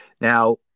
Now